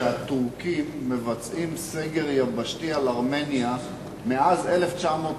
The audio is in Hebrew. שהטורקים מבצעים סגר יבשתי על ארמניה מאז 1993,